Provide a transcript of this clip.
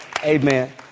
Amen